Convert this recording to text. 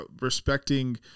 respecting